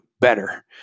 better